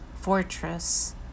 fortress